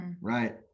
right